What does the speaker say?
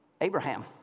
Abraham